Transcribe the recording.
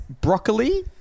broccoli